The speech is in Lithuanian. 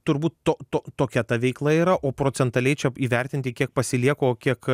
turbūt to to tokia ta veikla yra o procentaliai čia įvertinti kiek pasilieku o kiek